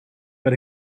but